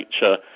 nature